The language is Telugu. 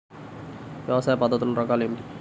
వ్యవసాయ పద్ధతులు రకాలు ఏమిటి?